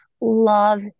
Love